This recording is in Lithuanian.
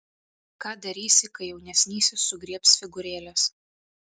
ką darysi kai jaunesnysis sugriebs figūrėles